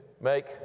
Make